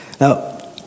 Now